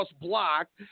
blocked